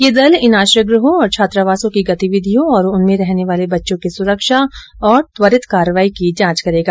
ये दल इन आश्रयगृहों और छात्रावासों की गतिविधियों तथा उनमें रहने वाले बच्चों की सुरक्षा और त्वरित कार्रवाई की जांच करेगा